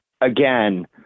Again